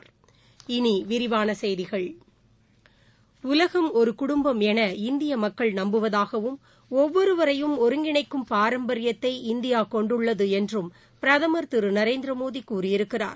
இனி விரிவான செய்திகள் உலகம் ஒரு குடும்பம் என இந்திய மக்கள் நம்புவதாகவும் ஒவ்வொருவரையும் ஒருங்கிணைக்கும் பாரம்பரியத்தை இந்தியா கொண்டுள்ளது என்றும் பிரதமர் திரு நரேந்திரமோடி கூறியிருக்கிறார்